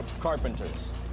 carpenters